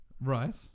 Right